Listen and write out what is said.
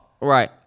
Right